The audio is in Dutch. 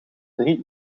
drie